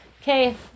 okay